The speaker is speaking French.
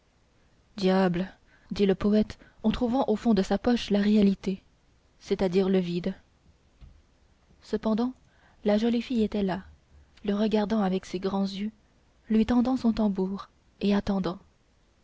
diable dit le poète en trouvant au fond de sa poche la réalité c'est-à-dire le vide cependant la jolie fille était là le regardant avec ses grands yeux lui tendant son tambour et attendant